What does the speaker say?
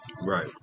Right